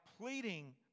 pleading